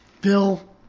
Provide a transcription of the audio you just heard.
Bill